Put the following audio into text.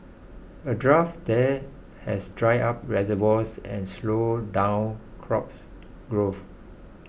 a drought there has dried up reservoirs and slowed down crop growth